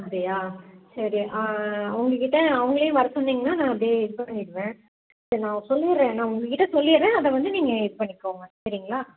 அப்படியா சரி அவங்கக்கிட்ட அவங்களையும் வர சொன்னிங்கன்னால் நான் அப்படியே இன்ஃபார்ம் பண்ணிடுவேன் சரி நான் சொல்லிடறேன் நான் உங்கள்கிட்ட சொல்லிடறேன் அதை வந்து நீங்கள் இது பண்ணிக்கோங்க சரிங்களா